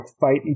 fight